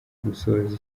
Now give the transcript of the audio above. gusoza